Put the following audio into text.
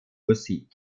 musik